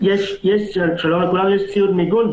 יש ציוד מיגון,